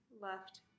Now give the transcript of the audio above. left